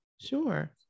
Sure